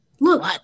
Look